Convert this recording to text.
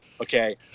okay